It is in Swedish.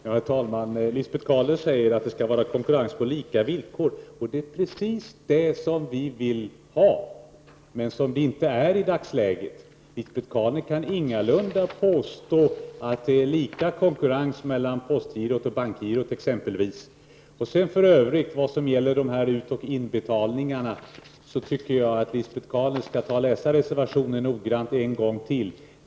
Herr talman! Lisbet Calner säger att det skall vara konkurrens på lika villkor. Ja, det är precis vad vi vill ha. Men så är inte fallet i dagsläget. Lisbet Calner kan ingalunda påstå att det är en konkurrens på lika villkor exempelvis när det gäller postgirot och bankgirot. I övrigt när det gäller utoch inbetalningar tycker jag att Lisbet Calner noggrant skall läsa reservationen en gång till.